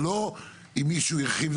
זה לא אם מישהו הרחיב,